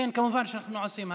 כן, כמובן שאנחנו עושים הצבעה.